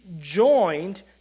joined